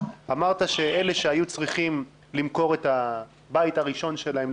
אמרת שאלה שהיו צריכים למכור את הבית הראשון שלהם,